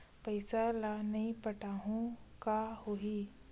पईसा ल नई पटाहूँ का होही?